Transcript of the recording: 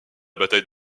bataille